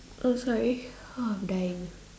I'm sorry ah I'm dying